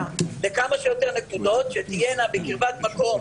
לכמה שיותר נקודות שתהיינה בקרבת מקום,